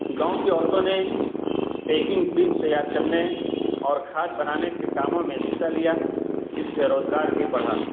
گاؤں کی عورتوں نے پیکنگ بیج تیار کرنے اور کھاد بنانے کے کاموں میں حصہ لیا جس سے روزگار بھی بڑھا